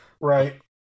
right